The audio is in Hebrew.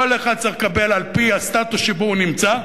כל אחד צריך לקבל על-פי הסטטוס שבו הוא נמצא.